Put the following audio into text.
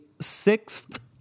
sixth